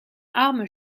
arme